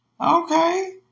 Okay